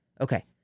okay